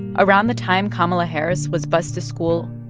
around the time kamala harris was bussed to school,